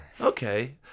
okay